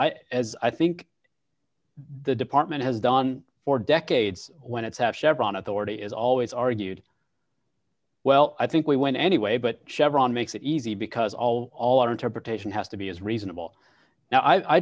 i as i think the department has done for decades when it's have chevron authority is always argued well i think we went anyway but chevron makes it easy because all all our interpretation has to be is reasonable now i